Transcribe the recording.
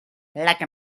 like